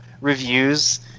reviews